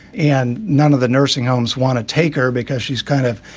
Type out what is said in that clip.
and none of the nursing homes want to take her because she's kind of,